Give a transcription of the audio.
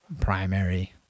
primary